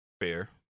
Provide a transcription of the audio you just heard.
Fair